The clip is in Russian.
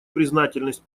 признательность